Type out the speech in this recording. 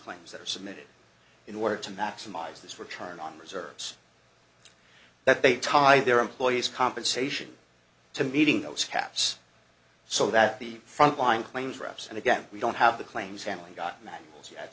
claims that are submitted in order to maximize this return on reserves that they tie their employees compensation to meeting those caps so that the front line claims reps and again we don't have the claims handling got manuals yet